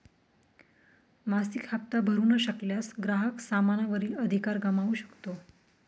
मासिक हप्ता भरू न शकल्यास, ग्राहक सामाना वरील अधिकार गमावू शकतो